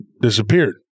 disappeared